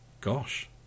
Gosh